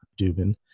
Dubin